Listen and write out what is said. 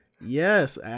Yes